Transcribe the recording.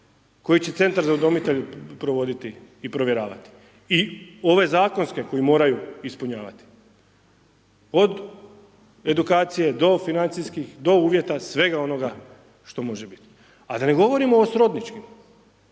koje će Centar za udomitelje provoditi i provjeravati i ove zakonske koji moraju ispunjavati, od edukacije do financijskih, do uvjeta, svega onoga što može biti. A da ne govorimo o srodničkim,